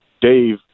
Dave